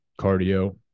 cardio